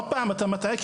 אתה מציג מצג שווא לוועדה,